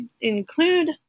include